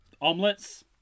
Omelets